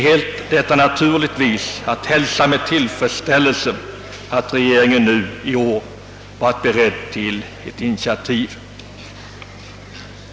Det är naturligtvis att hälsa med tillfredsställelse att regeringen i år är beredd till ett initiativ.